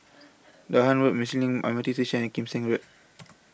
Dahan Road Marsiling M R T Station and Kim Seng Road